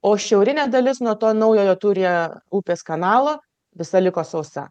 o šiaurinė dalis nuo to naujojo turije upės kanalo visa liko sausa